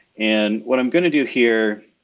and what i'm gonna do here,